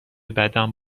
بدم